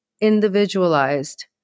individualized